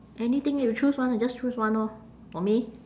anything you choose one just choose one orh for me